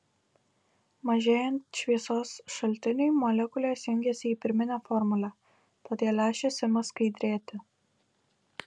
mažėjant šviesos šaltiniui molekulės jungiasi į pirminę formulę todėl lęšis ima skaidrėti